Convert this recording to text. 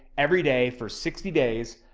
every day for sixty days.